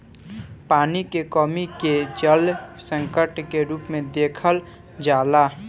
पानी के कमी के जल संकट के रूप में देखल जाला